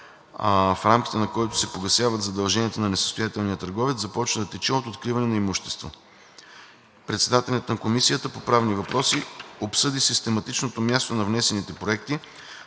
в рамките на който се погасяват задълженията на несъстоятелния търговец, започва да тече от откриване на имущество. Председателят на Комисията по правни въпроси обсъди систематичното място на внесените законопроекти,